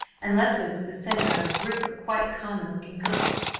and leslie was the centre of a group of quite common-looking girls.